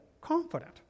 confident